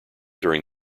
during